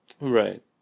Right